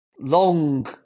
long